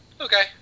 okay